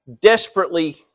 desperately